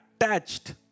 attached